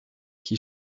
qui